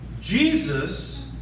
Jesus